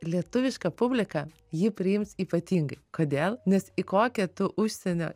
lietuviška publika jį priims ypatingai kodėl nes į kokią tu užsienio